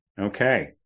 Okay